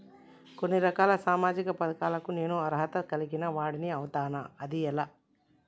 కొన్ని రకాల సామాజిక పథకాలకు నేను అర్హత కలిగిన వాడిని అవుతానా? అది ఎలా?